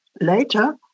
Later